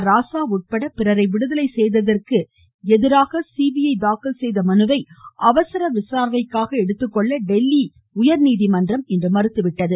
ராசா விடுதலை செய்ததற்கு எதிராக சிபிஐ தாக்கல் செய்த மனுவை அவசரமாக விசாரணைக்கு எடுத்துக்கொள்ள டெல்லி உயர்நீதிமன்றம் இன்று மறுத்து விட்டது